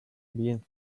mean